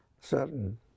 certain